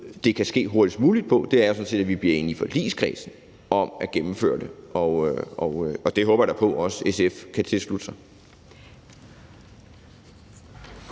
det kan ske hurtigst muligt på, er sådan set, at vi i forligskredsen bliver enige om at gennemføre det, og jeg håber da på, at SF også kan tilslutte sig